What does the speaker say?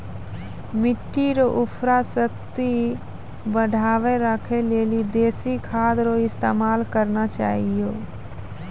मिट्टी रो उर्वरा शक्ति बढ़ाएं राखै लेली देशी खाद रो इस्तेमाल करना चाहियो